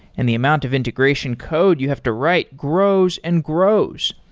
and the amount of integration code you have to write grows and grows.